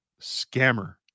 scammer